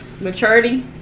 maturity